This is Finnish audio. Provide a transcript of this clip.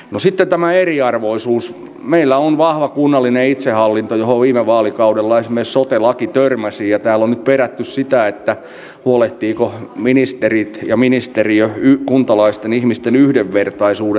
no sitten tämä eriarvoisuus meillä on vahva kunnallinen itsehallinto jo viime vaalikaudella ihmissuhdelaki puolestani jaoston jäseniä hyvästä työstä tällä haastavalla sosiaali ja terveydenhuollon sektorilla